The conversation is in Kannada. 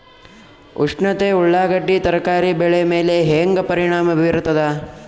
ಉಷ್ಣತೆ ಉಳ್ಳಾಗಡ್ಡಿ ತರಕಾರಿ ಬೆಳೆ ಮೇಲೆ ಹೇಂಗ ಪರಿಣಾಮ ಬೀರತದ?